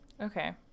okay